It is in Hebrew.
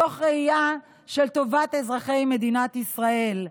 מתוך ראייה של טובת אזרחי מדינת ישראל.